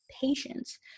Patience